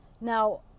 now